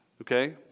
okay